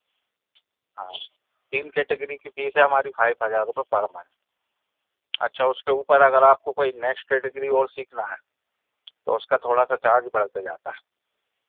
हाँ तीन कैटेगरी की फीस है हमारी फाइव हज़ार रुपये पर मंथ अच्छा उसके ऊपर अगर आपको कोई नेक्स्ट कैटेगरी और सीखना है तो उसका थोड़ा सा चार्ज बढ़ते जाता है